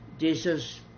Jesus